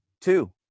two